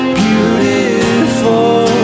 beautiful